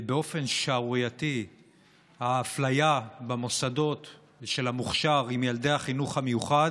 באופן שערורייתי האפליה של ילדי החינוך המיוחד